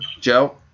Joe